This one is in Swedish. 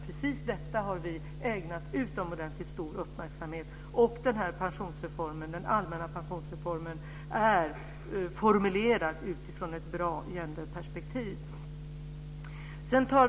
Precis detta har vi ägnat utomordentligt stor uppmärksamhet. Den allmänna pensionsreformen är formulerad utifrån ett bra gender-perspektiv.